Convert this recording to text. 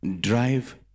drive